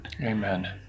Amen